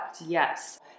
Yes